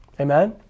Amen